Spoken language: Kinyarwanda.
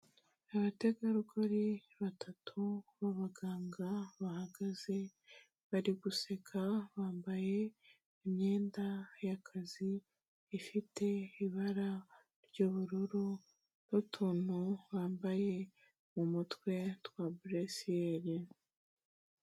Abategarugori batatu b'abaganga bahagaze, bari guseka, bambaye imyenda y'akazi ifite ibara ry'ubururu n'utuntu bambaye mu mutwe twa buresiyeri.